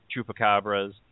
chupacabras